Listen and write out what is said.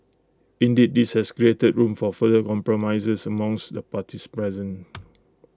indeed this has created room for further compromises amongst the parties present